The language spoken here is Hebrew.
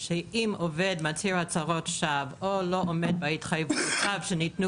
שאם עובד מצהיר הצהרות שווא או לא עומד בהתחייבויותיו שניתנו